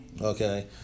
okay